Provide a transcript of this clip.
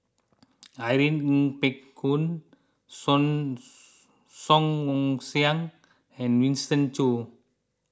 Irene Ng Phek Hoong Song Song Ong Siang and Winston Choos